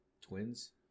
twins